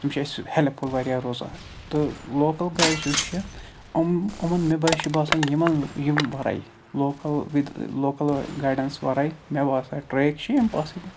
تِم چھِ اَسہِ ہیٚلپفُل واریاہ روزان تہٕ لوکَل گایڈس یُس یُس چھِ یِم یِمن مےٚ بے چھُ باسان یِمَن یِم وَرٲے لوکَل وِد لوکل گایڈَنس وَرٲے مےٚ باسان ٹرٛیک چھِ اِمپاسِبل